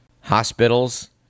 hospitals